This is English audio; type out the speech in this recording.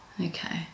Okay